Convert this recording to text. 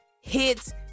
hits